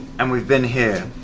and we've been here.